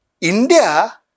India